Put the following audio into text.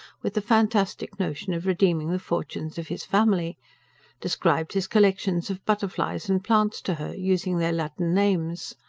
with the fantastic notion of redeeming the fortunes of his family described his collections of butterflies and plants to her, using their latin names.